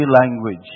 language